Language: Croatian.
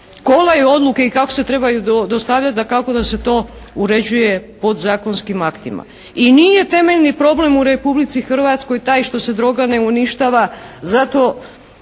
kolaju odluke i kako se trebaju dostavljati dakako da se to uređuje podzakonskim aktima. I nije temeljni problem u Republici Hrvatskoj taj što se droga ne uništava zato